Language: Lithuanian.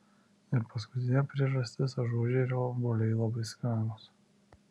ir paskutinė priežastis ažuožerių obuoliai labai skanūs